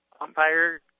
umpire